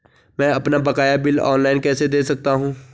मैं अपना बकाया बिल ऑनलाइन कैसे दें सकता हूँ?